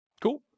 Cool